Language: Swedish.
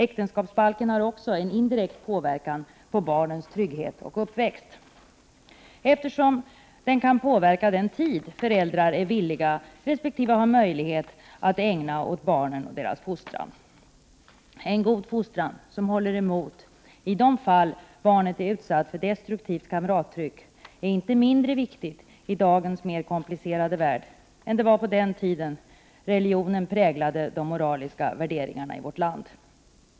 Äktenskapsbalken har också en indirekt påverkan på barnens trygghet och uppväxtförhållanden, eftersom den kan påverka den tid föräldrar är villiga respektive har möjlighet att ägna åt barnen och åt deras fostran. Den goda fostran som håller emot i de fall barnet är utsatt för destruktivt kamrattryck är inte mindre viktig i dagens mer komplicerade värld än den var på den tiden då religionen präglade de moraliska värderingarna i vårt land.